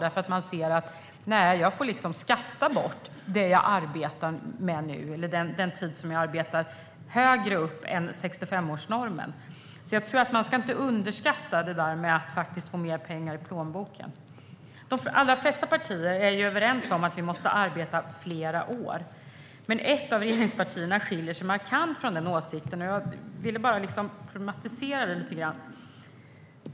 De ser att de får skatta bort det de arbetar ihop under den tid de arbetar längre än 65-årsnormen. Man ska inte underskatta att få mer pengar i plånboken. De flesta partierna är överens om att vi måste arbeta fler år. Men ett av regeringspartierna skiljer sig markant från de andra partierna när det gäller den åsikten. Och jag vill bara problematisera detta lite grann.